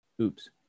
Oops